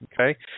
Okay